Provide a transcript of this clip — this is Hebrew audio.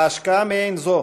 ההשקעה מעין זו